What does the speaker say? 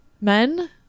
men